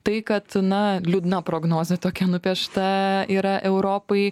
tai kad na liūdna prognozė tokia nupiešta yra europai